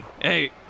hey